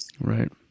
Right